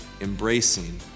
embracing